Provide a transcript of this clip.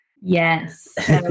Yes